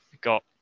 got